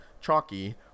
chalky